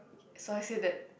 so I said that